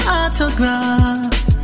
autograph